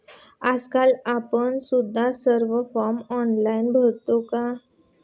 आजकाल आपण सुद्धा सर्व फॉर्म ऑनलाइन भरता का?